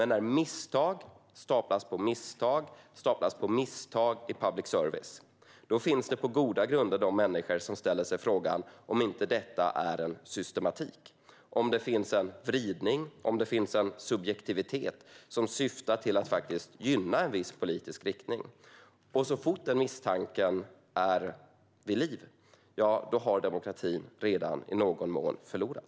När misstag staplas på misstag i public service ställer sig människor på goda grunder frågan om det inte finns en systematik i det här - om det finns en vridning och en subjektivitet som syftar till att faktiskt gynna en viss politisk riktning. Så fort den misstanken har kommit till liv har demokratin redan i någon mån förlorat.